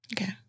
Okay